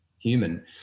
human